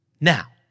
Now